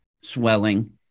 swelling